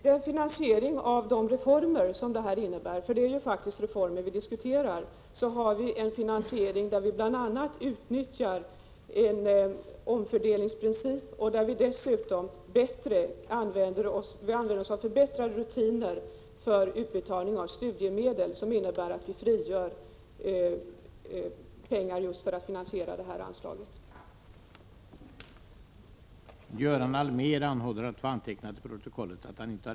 Herr talman! När det gäller finansieringen av de reformer som det är fråga om -— det är ju faktiskt reformer vi diskuterar — vill jag framhålla att vi bl.a. följer en omfördelningsprincip. Dessutom vill jag säga att rutinerna för utbetalning av studiemedel har förbättrats. På det sättet frigörs pengar just för finansieringen av anslaget i fråga.